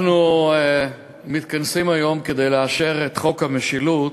אנחנו מתכנסים היום כדי לאשר את חוק המשילות,